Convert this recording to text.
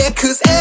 cause